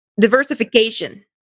diversification